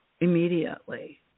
immediately